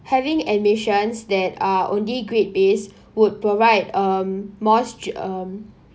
having admissions that are only grade based would provide um more str~ um